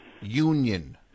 Union